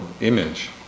image